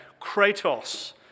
kratos